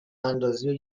اندازی